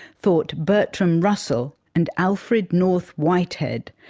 thought bertrand russell and alfred north whitehead,